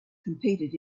competed